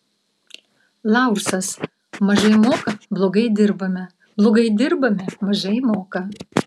laursas mažai moka blogai dirbame blogai dirbame mažai moka